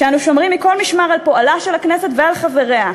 שאנו שומרים מכל משמר על פועלה של הכנסת ופועלם על חבריה,